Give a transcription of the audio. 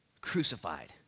crucified